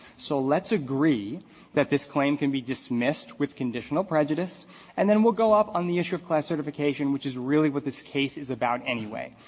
so let's agree that this claim can be dismissed with conditional prejudice and then we'll go up on the issue of class certification, which is really what this case about anyway.